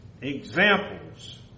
examples